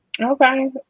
Okay